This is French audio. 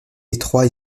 étroit